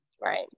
right